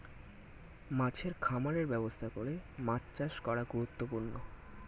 মাছের খামারের ব্যবস্থা করে মাছ চাষ করা গুরুত্বপূর্ণ